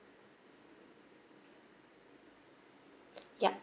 yup